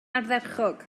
ardderchog